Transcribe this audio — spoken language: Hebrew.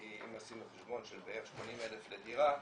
כי אם עשינו חשבון של בערך 80,000 לדירה,